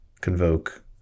convoke